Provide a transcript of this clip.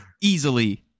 Easily